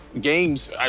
games